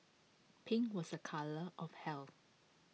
pink was A colour of health